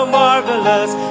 marvelous